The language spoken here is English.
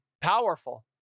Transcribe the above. powerful